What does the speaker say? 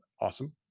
awesome